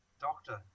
doctor